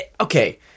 Okay